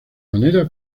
manera